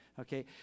Okay